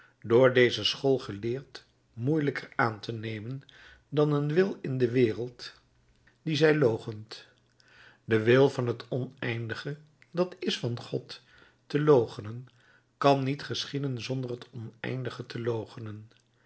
door deze school geleerd moeielijker aan te nemen dan een wil in de wereld dien zij loochent den wil van het oneindige dat is van god te loochenen kan niet geschieden zonder het oneindige